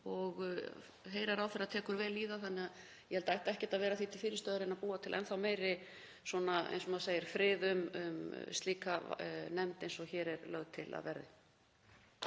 Ég heyri að ráðherra tekur vel í það þannig að ég held að það ætti ekkert að vera því til fyrirstöðu að reyna að búa til enn meiri, svona eins og maður segir, frið um slíka nefnd eins og hér er lagt til að verði.